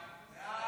ההצעה